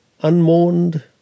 unmourned